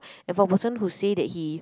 and for a person who say that he